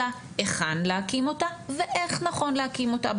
אלא היכן להקים אותה ואיך נכון להקים אותה?